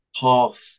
half